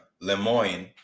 Lemoyne